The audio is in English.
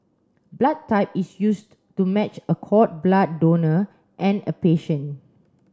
blood type is used to match a cord blood donor and a patient